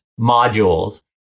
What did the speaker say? modules